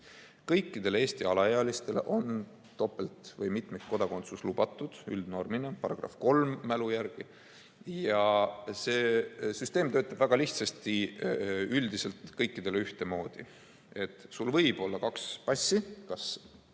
Kõikidele Eesti alaealistele on topelt- või mitmikkodakondsus üldnormina lubatud –§ 3 minu mälu järgi. Ja see süsteem töötab väga lihtsalt, üldiselt kõikidele ühtemoodi. Sul võib olla kaks passi, kas sünni